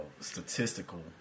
statistical